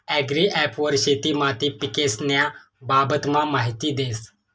agri app वर शेती माती पीकेस्न्या बाबतमा माहिती देस